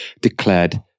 declared